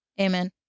Amen